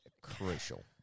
crucial